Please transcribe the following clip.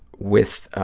with